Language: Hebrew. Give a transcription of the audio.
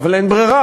אבל אין ברירה,